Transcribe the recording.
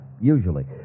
usually